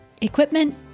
equipment